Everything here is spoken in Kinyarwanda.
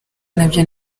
nabyo